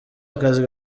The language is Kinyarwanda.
akazi